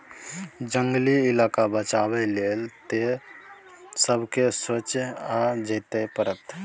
जंगली इलाका बचाबै लेल तए सबके सोचइ आ चेतै परतै